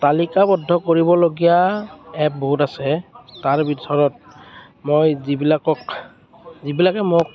তালিকাবদ্ধ কৰিবলগীয়া এপ বহুত আছে তাৰ ভিতৰত মই যিবিলাকক যিবিলাকে মোক